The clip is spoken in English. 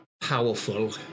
powerful